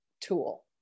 tool